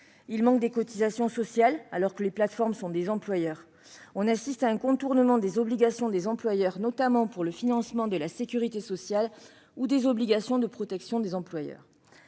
Il manque des cotisations sociales, alors que les plateformes sont des employeurs. On assiste à un contournement des obligations des employeurs, notamment pour le financement de la sécurité sociale ou des obligations de protection des employeurs